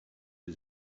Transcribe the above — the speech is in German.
die